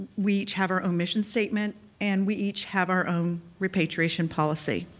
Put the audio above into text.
we each have our own mission statement and we each have our own repatriation policy.